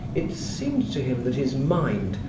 it seemed to him that his mind,